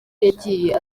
yagiye